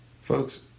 Folks